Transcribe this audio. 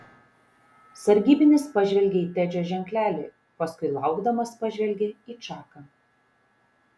sargybinis pažvelgė į tedžio ženklelį paskui laukdamas pažvelgė į čaką